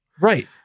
Right